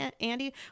Andy